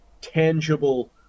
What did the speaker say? tangible